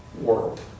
world